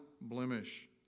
blemish